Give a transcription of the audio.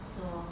so